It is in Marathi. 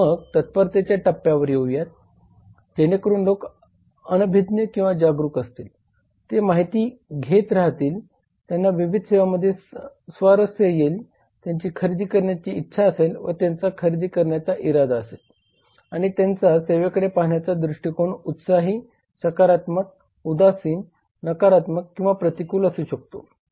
मग तत्परतेच्या टप्प्यावर येऊया जेणेकरून लोक अनभिज्ञ किंवा जागरूक असतील ते माहिती घेत राहतील त्यांना विविध सेवामध्ये स्वारस्य असेल त्यांची खरेदी करण्याची इच्छा असेल व त्यांचा खरेदी करण्याचा इरादा असेल आणि त्यांचा सेवेकडे पाहण्याचा दृष्टीकोन उत्साही सकारात्मक उदासीन नकारात्मक किंवा प्रतिकूल असू शकतो